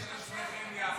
לשניכם יחד?